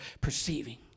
perceiving